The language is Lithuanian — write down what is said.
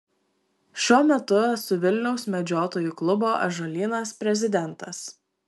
šiuo metu esu vilniaus medžiotojų klubo ąžuolynas prezidentas